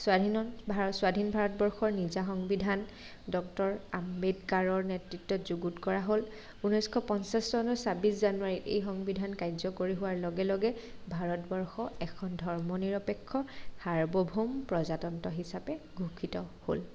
স্বাধীনতা ভাৰত স্ৱাধীন ভাৰতবৰ্ষৰ নিজা সংবিধান ডক্টৰ আম্বেদকাৰৰ নেতৃত্বত যুগুত কৰা গ'ল ঊনৈছশ পঞ্চাছ চনৰ চাব্বিছ জানুৱাৰীত এই সংবিধান কাৰ্যকৰী হোৱাৰ লগে লগে ভাৰতবৰ্ষ এখন ধৰ্ম নিৰপেক্ষ সাৰ্বভৌম প্ৰজাতন্ত্ৰ হিচাপে ঘোষিত হ'ল